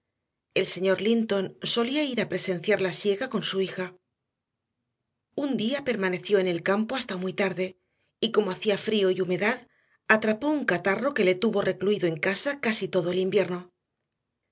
el señor linton solía ir a presenciar la siega con su hija un día permaneció en el campo hasta muy tarde y como hacía frío y humedad atrapó un catarro que le tuvo recluido en casa casi todo el invierno